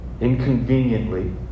Inconveniently